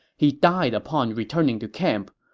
he died upon returning to camp.